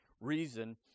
reason